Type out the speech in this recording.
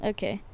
Okay